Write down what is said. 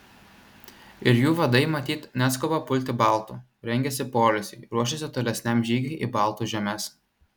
ir jų vadai matyt neskuba pulti baltų rengiasi poilsiui ruošiasi tolesniam žygiui į baltų žemes